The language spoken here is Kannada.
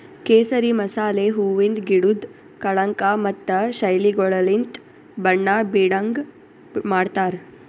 ಕೇಸರಿ ಮಸಾಲೆ ಹೂವಿಂದ್ ಗಿಡುದ್ ಕಳಂಕ ಮತ್ತ ಶೈಲಿಗೊಳಲಿಂತ್ ಬಣ್ಣ ಬೀಡಂಗ್ ಮಾಡ್ತಾರ್